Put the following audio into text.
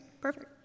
perfect